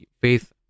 faith